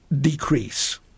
decrease